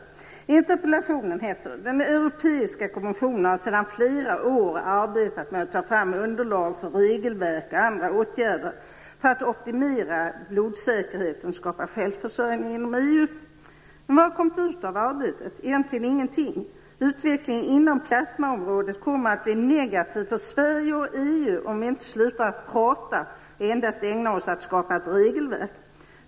I interpellationen står det: "Inom Europeiska kommissionen har man sedan flera år arbetat med att ta fram underlag för regelverk och andra åtgärder för att optimera blodsäkerheten och skapa självförsörjning inom EU." Men vad har kommit ut av arbetet? Egentligen ingenting. Utvecklingen inom plasmaområdet kommer att bli negativ för Sverige och EU om vi inte slutar att prata och endast ägnar oss åt att skapa ett regelverk.